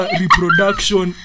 reproduction